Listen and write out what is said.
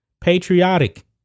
Patriotic